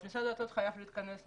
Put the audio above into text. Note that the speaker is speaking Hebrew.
אז משרד הדתות חייב להכניס לזה.